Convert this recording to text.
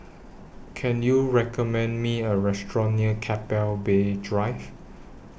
Can YOU recommend Me A Restaurant near Keppel Bay Drive